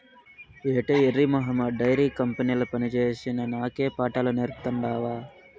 ఏటే ఎర్రి మొహమా డైరీ కంపెనీల పనిచేసిన నాకే పాఠాలు నేర్పతాండావ్